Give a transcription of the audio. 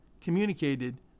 communicated